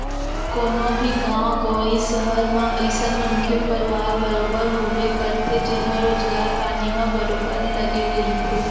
कोनो भी गाँव गंवई, सहर म अइसन मनखे परवार बरोबर होबे करथे जेनहा रोजगार पानी म बरोबर लगे रहिथे